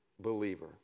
Believer